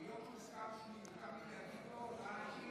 היות שהוסכם שמותר לי להגיב בהודעה אישית,